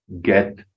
get